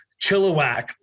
Chilliwack